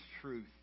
truth